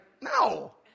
no